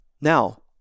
Now